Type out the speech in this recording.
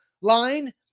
line